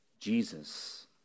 Jesus